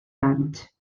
anys